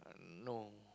no